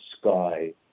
sky